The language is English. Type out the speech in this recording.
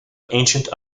ancient